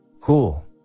Cool